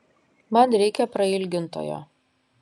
man reikia prailgintojo